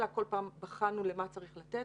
אלא כל פעם בחנו למה צריך לתת.